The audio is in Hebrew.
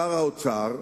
שר האוצר,